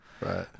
right